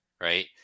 right